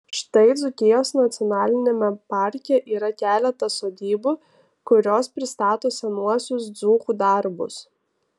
štai dzūkijos nacionaliniame parke yra keletas sodybų kurios pristato senuosius dzūkų darbus